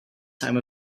time